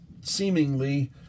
seemingly